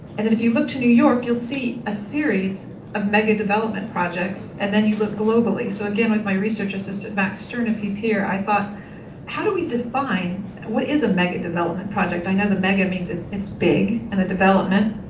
and if you look to new york, you'll see a series of megadevelopment projects and then you look globally. so again, with my research assistant max stern if he's here, i thought how do we define what is a megadevelopment project? i know the mega means it's big and the development,